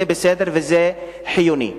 זה בסדר וזה חיוני.